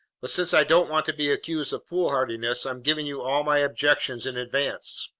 but since i don't want to be accused of foolhardiness, i'm giving you all my objections in advance.